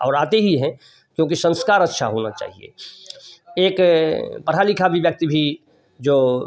और आते ही हैं क्योंकि संस्कार अच्छा होना चाहिए एक पढ़ा लिखा भी व्यक्ति भी जो